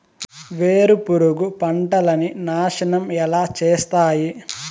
వేరుపురుగు పంటలని నాశనం ఎలా చేస్తాయి?